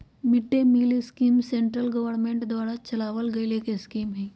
mid day meal scheme central government द्वारा चलावल गईल एक स्कीम हई